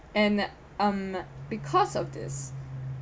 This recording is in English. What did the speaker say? and um because of this